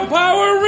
power